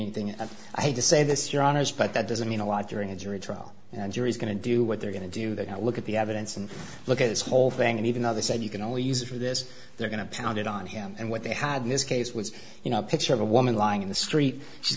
anything i hate to say this you're honest but that doesn't mean a lot during a jury trial and jury is going to do what they're going to do they look at the evidence and look at this whole thing and even though they said you can only use it for this they're going to pound it on him and what they had in this case was you know a picture of a woman lying in the street she's